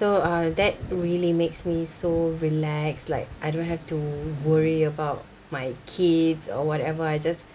so uh that really makes me so relaxed like I don't have to worry about my kids or whatever I just